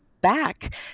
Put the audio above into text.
back